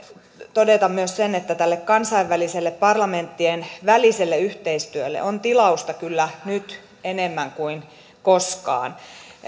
todeta myös sen että tälle kansainväliselle parlamenttien väliselle yhteistyölle on tilausta kyllä nyt enemmän kuin koskaan